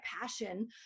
passion